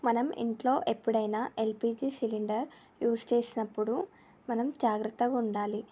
మనం ఇంట్లో ఎప్పుడైనా ఎల్పిజి సిలిండర్ యూస్ చేసినప్పుడు మనం జాగ్రత్తగా ఉండాలి